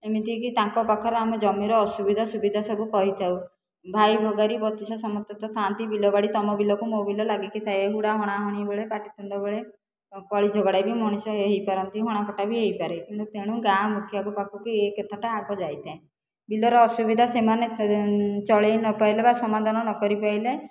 ଏମିତିକି ତାଙ୍କ ପାଖରେ ଆମେ ଜମିର ଅସୁବିଧା ସୁବିଧା ସବୁ କହିଥାଉ ଭାଇ ଭଗାରି ବତିଶ ସମସ୍ତେ ତ ଥାଆନ୍ତି ବିଲବାଡ଼ି ତୁମ ବିଲକୁ ମୋ ବିଲ ଲାଗିକି ଥାଏ ହୁଡ଼ା ହଣାହଣି ବେଳେ ପାଟିତୁଣ୍ଡ ବେଳେ କଳିଝଗଡ଼ା ବି ମଣିଷ ହୋଇପାରନ୍ତି ହଣାକଟା ବି ହୋଇପାରେ ତେଣୁ ଗାଁ ମୁଖିଆଙ୍କ ପାଖକୁ ଏ କଥାଟା ଆଗ ଯାଇଥାଏ ବିଲରେ ଅସୁବିଧା ସେମାନେ ଚଳେଇ ନପାଇଲେ ବା ସମାଧାନ ନକରି ପାଇଲେ